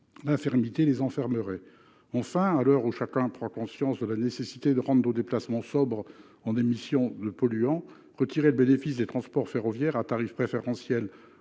l'infirmité les enfermerait. Enfin, à l'heure où chacun prend conscience de la nécessité de rendre nos déplacements sobres en émissions de polluants, le fait de priver les anciens combattants du bénéfice des transports ferroviaires à tarifs préférentiels